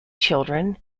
children